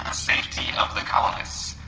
safety of the colonists.